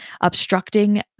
obstructing